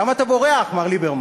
למה אתה בורח, מר ליברמן?